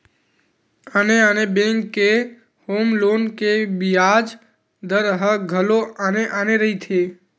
आने आने बेंक के होम लोन के बियाज दर ह घलो आने आने रहिथे